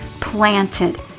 planted